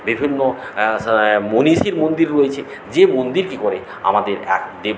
বিভিন্ন মনীষীর মন্দির রয়েছে যে মন্দির কী করে আমাদের এক দেব